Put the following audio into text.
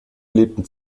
lebten